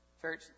Church